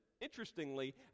interestingly